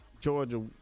Georgia